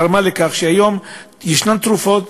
גרמה לכך שהיום ישנן תרופות,